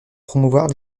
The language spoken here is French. promouvoir